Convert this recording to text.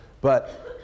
but